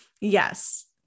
yes